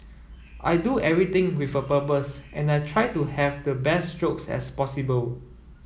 I do everything with a purpose and I try to have the best strokes as possible